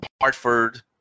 Hartford